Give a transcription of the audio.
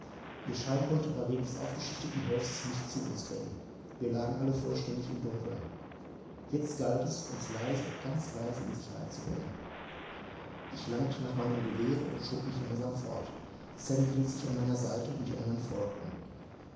ihr schein konnte aber wegen des aufgeschichteten holzes nicht zu uns dringen wir lagen alle vollständig im dunkeln jetzt galt es uns leise ganz leise in sicherheit zu bringen ich langte nach meinem gewehre und schob mich langsam fort sam hielt sich an meiner seite und die andern folgten